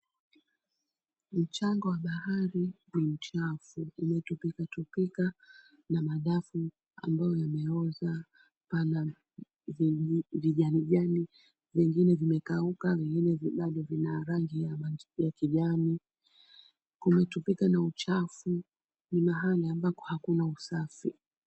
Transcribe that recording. Mchanga wa bahari ni mchafu. Umetupika tupika na madafu ambayo wameoza, pana vijanij ani vingine vimekauka vingine vingali vina rangi ya kijani. Kumetupika na uchafu. Ni mahali ambako hakuna usafi.